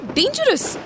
dangerous